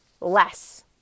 Less